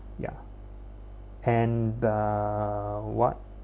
ya and uh what